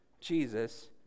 Jesus